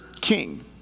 king